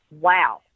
wow